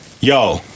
yo